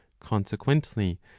consequently